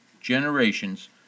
generations